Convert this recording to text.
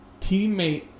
teammate